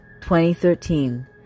2013